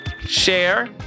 Share